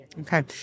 Okay